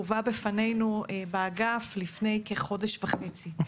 הובא בפנינו באגף לפני כחודש וחצי,